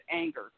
anger